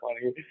funny